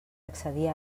accedir